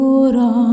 ora